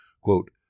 Quote